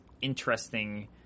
interesting –